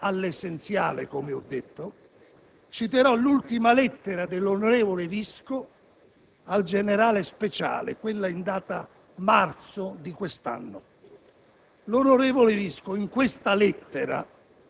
Ma non c'è dubbio che l'onorevole Visco ha dato prova di avere una concezione autocratica dello Stato e delle istituzioni in genere.